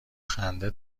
خنده